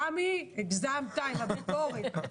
רמי, הגזמת עם הביקורת.